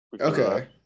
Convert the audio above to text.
Okay